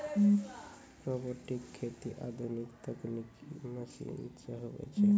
robotic खेती आधुनिक तकनिकी मशीन से हुवै छै